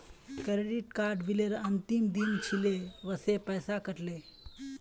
credit card बिलेर अंतिम दिन छिले वसे पैसा कट ले